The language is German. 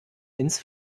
ins